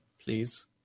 please